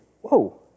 Whoa